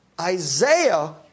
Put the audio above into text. Isaiah